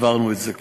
והעברנו את זה כבר.